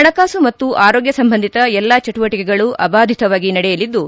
ಹಣಕಾಸು ಮತ್ತು ಆರೋಗ್ಯ ಸಂಬಂಧಿತ ಎಲ್ಲಾ ಚಟುವಟಿಕೆಗಳು ಅಭಾದಿತವಾಗಿ ನಡೆಯಲಿದ್ದು